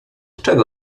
czego